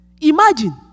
Imagine